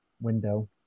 window